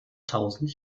tausend